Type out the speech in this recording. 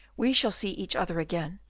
we shall see each other again.